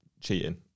cheating